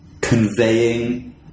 conveying